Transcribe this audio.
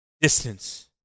Distance